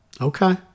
Okay